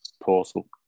portal